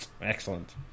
excellent